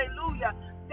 hallelujah